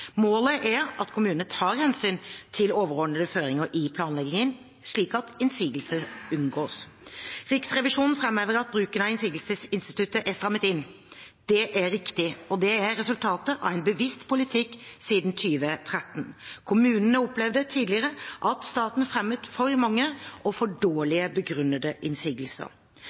Målet er at kommunene tar hensyn til overordnede føringer i planleggingen, slik at innsigelser unngås. Riksrevisjonen framhever at bruken av innsigelsesinstituttet er strammet inn. Det er riktig, og det er et resultat av en bevisst politikk siden 2013. Kommunene opplevde tidligere at staten fremmet for mange og for dårlig begrunnede innsigelser.